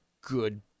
good